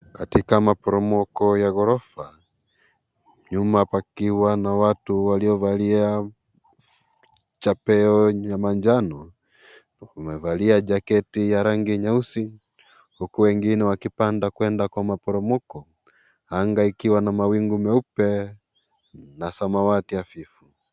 Katika maporomoko ya ghorofa, nyuma pakiwa na watu waliovalia chapeo ya manjano, na wamevalia jaketi ya rangi nyeusi, huku wengine wakipanda kwenda kwa maporomoko, anga ikiwa na mawingu meupe na samawati hafifu.